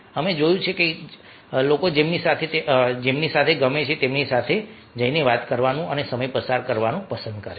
અમે જોયું છે કે લોકો જેમની સાથે તેમને ગમે છે તેમની સાથે જઈને વાત કરવાનું અને સમય પસાર કરવાનું પસંદ કરે છે